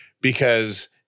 because-